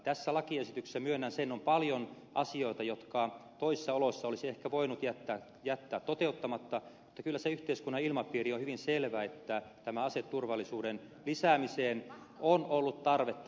tässä lakiesityksessä myönnän sen on paljon asioita jotka toisissa oloissa olisi ehkä voinut jättää toteuttamatta mutta kyllä se yhteiskunnan ilmapiiri on hyvin selvä että tähän aseturvallisuuden lisäämiseen on ollut tarvetta mennä